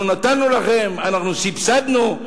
אנחנו נתנו לכם, אנחנו סבסדנו?